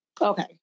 Okay